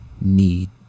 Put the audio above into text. need